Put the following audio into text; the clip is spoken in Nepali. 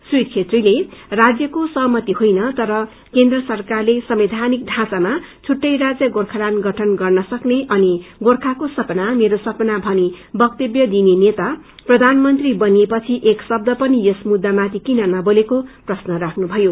श्री छेत्रीले राज्यको सहमति होइन तर केन्द्र सरकारले संवैधानिक ढाँचामा प्रुट्टे राज्य गोखाल्याण्ड गठन गर्नसकने अनि गोर्खाको सपना मेरो सपना भनी वक्तव्य दिने नेता प्रधानमंत्री बनिए पछि एक शब्द पनि यस मुद्दा माथि किन नबोलेको प्रश्न राख्नुभयो